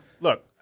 look